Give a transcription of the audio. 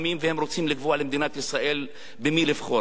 והם רוצים לקבוע למדינת ישראל במי לבחור גם.